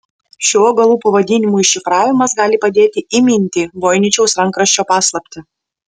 šių augalų pavadinimų iššifravimas gali padėti įminti voiničiaus rankraščio paslaptį